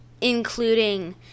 including